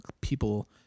people